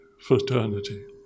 fraternity